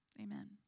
Amen